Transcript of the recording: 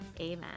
amen